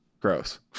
Gross